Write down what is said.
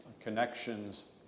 connections